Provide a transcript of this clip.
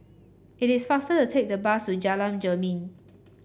it is faster to take the bus to Jalan Jermin